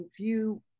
view